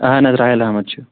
اَہَن حظ رَاحِل احمد چھُ